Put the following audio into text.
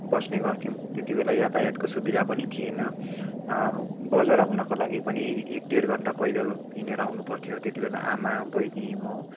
बस्ने गर्थ्यौँ त्यति बेला यातायातको सुविधा पनि थिएन बजार आउनको लागि पनि एक डेढ घन्टा पैदल हिँडेर आउनुपर्थ्यो त्यति बेला आमा बहिनी म